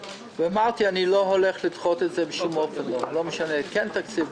אמרתי שאני לא הולך לדחות את זה בשום אופן לא משנה כן תקציב,